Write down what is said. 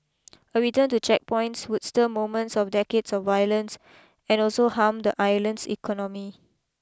a return to checkpoints would stir moments of decades of violence and also harm the island's economy